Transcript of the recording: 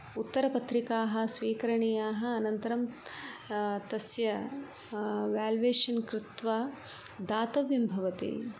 उत्तरपत्रिकाः स्वीकरणीयाः अनन्तरं तस्य वेल्वेषन् कृत्वा दातव्यं भवति